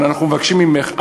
אבל אנחנו מבקשים ממך,